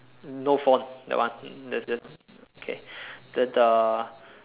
no font that one that's just okay then the